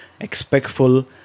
Expectful